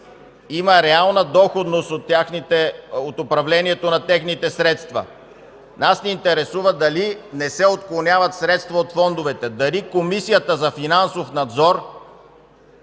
има реална доходност от управлението на техните средства. Нас ни интересува дали не се отклоняват средства от фондовете, дали Комисията за финансов надзор